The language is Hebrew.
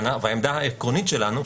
והעמדה העקרונית שלנו,